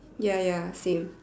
ya ya same